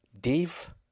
Dave